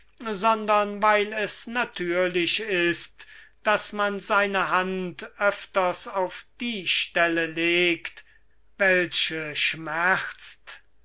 sondern weil es natürlich ist daß man seine hand öfters auf die stelle legt welche schmerzt